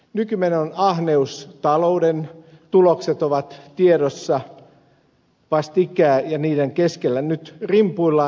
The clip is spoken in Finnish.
nykymenon ahneus talouden tulokset ovat tiedossa vastikään ja niiden keskellä nyt rimpuillaan